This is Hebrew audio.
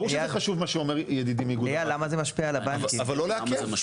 זה ברור שזה חשוב מה שאומר ידידי מאיגוד הבנקים אבל לא לעכב.